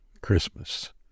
Christmas